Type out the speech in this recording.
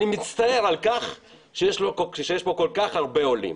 אני מצטער על כך שיש פה כל כך הרבה עולים.